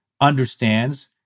understands